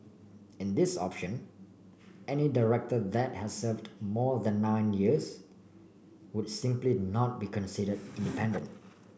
in this option any director that has served more than nine years would simply not be considered independent